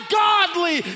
godly